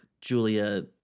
Julia